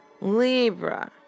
Libra